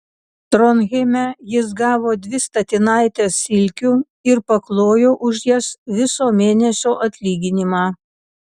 tronheime jis gavo dvi statinaites silkių ir paklojo už jas viso mėnesio atlyginimą